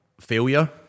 Failure